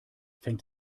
fängt